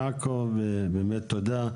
תודה.